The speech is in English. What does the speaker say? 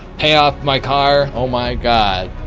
pay off my car. oh my god.